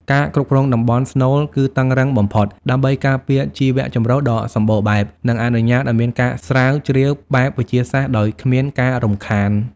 ការគ្រប់គ្រងតំបន់ស្នូលគឺតឹងរ៉ឹងបំផុត ដើម្បីការពារជីវៈចម្រុះដ៏សម្បូរបែប និងអនុញ្ញាតឱ្យមានការស្រាវជ្រាវបែបវិទ្យាសាស្ត្រដោយគ្មានការរំខាន។